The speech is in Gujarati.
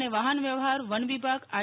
અને વાહન વ્યવહાર વન વિભાગ આર